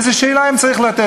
איזו שאלה אם צריך לתת,